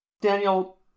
Daniel